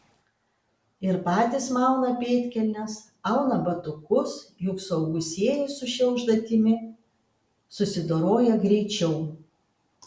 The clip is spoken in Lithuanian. ir patys mauna pėdkelnes auna batukus juk suaugusieji su šia užduotimi susidoroja greičiau